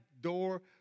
door